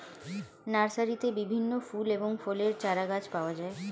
নার্সারিতে বিভিন্ন ফুল এবং ফলের চারাগাছ পাওয়া যায়